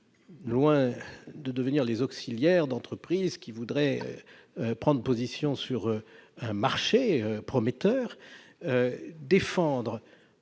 loin de devenir les auxiliaires d'entreprises qui voudraient prendre position sur un marché prometteur, défendre